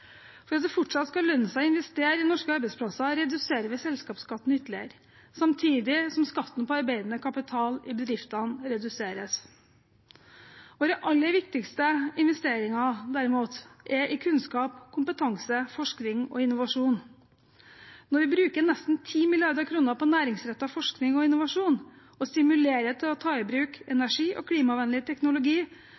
For at det fortsatt skal lønne seg å investere i norske arbeidsplasser, reduserer vi selskapsskatten ytterligere, samtidig som skatten på arbeidende kapital i bedriftene reduseres. Våre aller viktigste investeringer, derimot, er i kunnskap, kompetanse, forskning og innovasjon. Når vi bruker nesten 10 mrd. kr på næringsrettet forskning og innovasjon og stimulerer til å ta i bruk